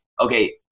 okay